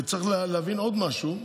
וצריך להבין עוד משהו: